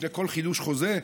לפני כל חידוש חוזה?